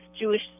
Jewish